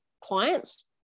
clients